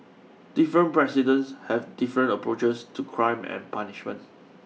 different presidents have different approaches to crime and punishment